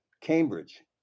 Cambridge